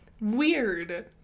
weird